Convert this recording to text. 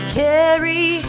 carry